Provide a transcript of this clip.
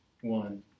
one